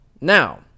Now